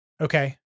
Okay